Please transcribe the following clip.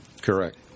Correct